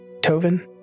Tovin